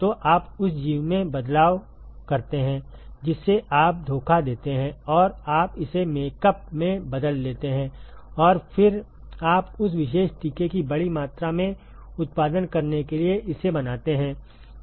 तो आप उस जीव में बदलाव करते हैं जिसे आप धोखा देते हैं और आप इसे मेकअप में बदल देते हैं और फिर आप उस विशेष टीके की बड़ी मात्रा में उत्पादन करने के लिए इसे बनाते हैं